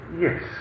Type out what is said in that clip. Yes